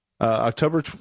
October